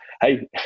hey